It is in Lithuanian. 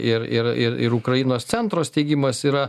ir ir ir ukrainos centro steigimas yra